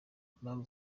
impamvu